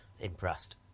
impressed